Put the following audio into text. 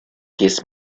kiss